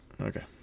Okay